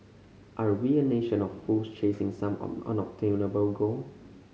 are we a nation of fools chasing some unobtainable goal